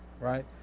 Right